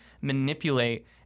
manipulate